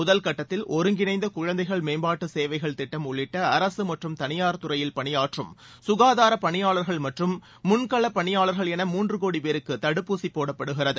முதல் கட்டத்தில் ஒருங்கிணைந்த குழந்தைகள் மேம்பாட்டு சேவைகள் திட்டம் உள்ளிட்ட அரசு மற்றும் தனியார் துறையில் பணியாற்றும் சுகாதார பணியாளர்கள் மற்றும் முன்களப் பணியாளர்கள் என மூன்று கோடி பேருக்கு தடுப்பூசி போடப்படுகிறது